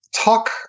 talk